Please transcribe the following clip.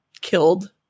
killed